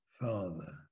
father